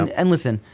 um and listen,